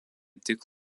tik